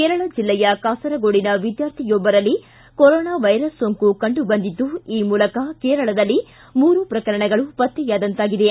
ಕೇರಳ ಜಿಲ್ಲೆಯ ಕಾಸರಗೋಡಿನ ವಿದ್ವಾರ್ಥಿಯೊಬ್ಬರಲ್ಲಿ ಕೊರೋನಾ ವೈರಸ್ ಸೋಂಕು ಕಂಡು ಬಂದಿದ್ದು ಈ ಮೂಲಕ ಕೇರಳದಲ್ಲಿ ಮೂರು ಪ್ರಕರಣಗಳು ಪತ್ತೆಯಾದಂತಾಗಿದೆ